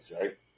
right